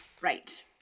Right